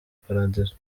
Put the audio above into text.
paradizo